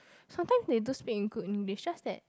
sometime they do speak in good English just that